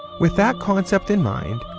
with that concept in mind,